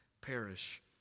perish